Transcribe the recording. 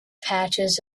patches